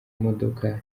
modoka